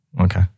Okay